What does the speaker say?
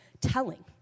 telling